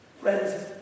Friends